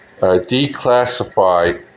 declassify